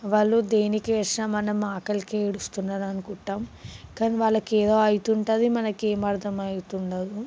వాళ్ళు దేనికి ఏడ్చినా మనం ఆకలికే ఏడుస్తున్నారు అనుకుంటాము కానీ వాళ్ళకి ఏదో అవుతుంటుంది మనకు ఏం అర్థమవుతుండదు